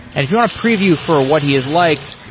and if you want a preview for what he is like,